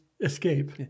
escape